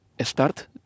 start